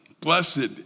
Blessed